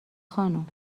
خانم